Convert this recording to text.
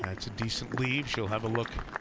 that's a decent lead. she'll have a look